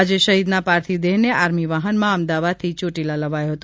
આજે શહીદના પાર્થિવ દેહને આર્મી વાહનમાં અમદાવાદથી ચોટીલા લવાયો હતો